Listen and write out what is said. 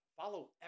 Follow